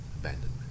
abandonment